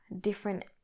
Different